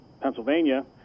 pennsylvania